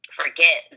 forget